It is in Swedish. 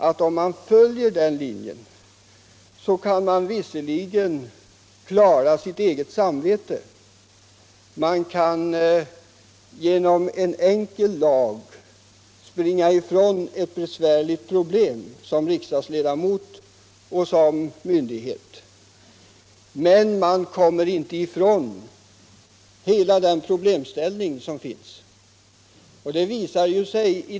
Följer man herr Nilssons linje, kan man visserligen klara sitt eget samvete, och man kan genom en enkel lag springa ifrån besvärliga problem såsom riksdagsledamot och myndighet. Man kommer emellertid inte ifrån de problem som finns.